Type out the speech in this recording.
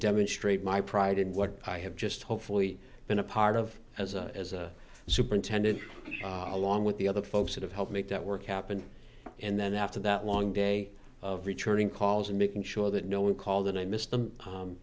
demonstrate my pride in what i have just hopefully been a part of as a as a superintendent along with the other folks that have helped make that work happen and then after that long day of returning calls and making sure that no one call that i miss